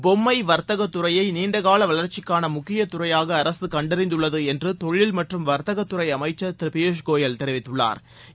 பொம்மை வர்த்தக துறையை நீண்டகால வளர்ச்சிக்கான முக்கியத்துறையாக அரசு கண்டறிந்துள்ளது என்று தொழில் மற்றும் வாத்தகத்துறை அமைச்சா் திரு பியூஸ் கோயல் தெரிவித்துள்ளாா்